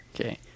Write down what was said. Okay